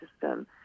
system